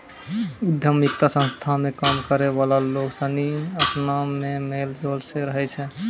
उद्यमिता संस्था मे काम करै वाला लोग सनी अपना मे मेल जोल से रहै छै